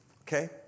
okay